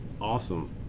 awesome